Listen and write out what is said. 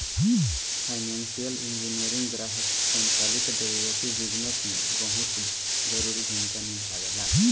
financial engineering ग्राहक संचालित derivative business में बहुत जरूरी भूमिका निभावेला